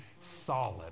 solid